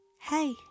hey